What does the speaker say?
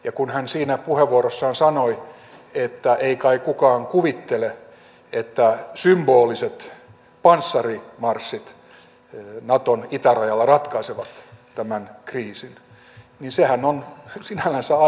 ja kun hän siinä puheenvuorossaan sanoi että ei kai kukaan kuvittele että symboliset panssarimarssit naton itärajalla ratkaisevat tämän kriisin niin sehän on sinällänsä aivan oikea havainto